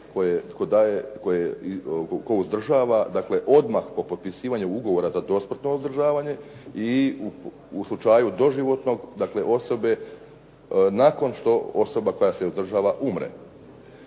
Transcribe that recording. tko uzdržava, dakle, odmah po podpisivanju ugovora za dosmrtno uzdržavanje i u slučaju doživotnog, dakle, osobe nakon što osoba koja se uzdržava umre.